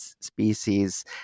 species